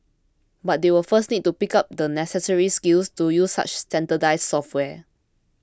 but they will first need to pick up the necessary skills to use such standardised software